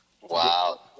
Wow